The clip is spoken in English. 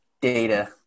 data